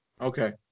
Okay